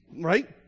right